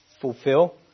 fulfill